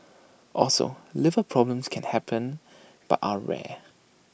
also liver problems can happen but are rare